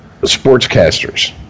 sportscasters